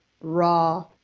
raw